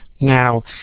Now